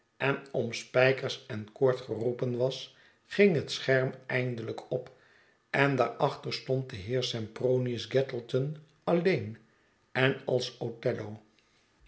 en om spijkers en koord geroepen was ging het scherm eindelijk op endaarachter stond de heer sempronius gattleton alleen en als